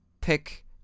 pick